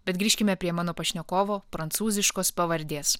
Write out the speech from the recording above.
bet grįžkime prie mano pašnekovo prancūziškos pavardės